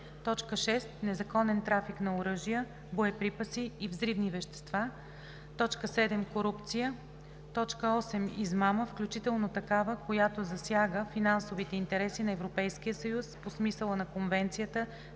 6. незаконен трафик на оръжия, боеприпаси и взривни вещества; 7. корупция; 8. измама, включително такава, която засяга финансовите интереси на Европейския съюз по смисъла на Конвенцията